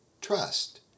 trust